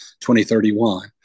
2031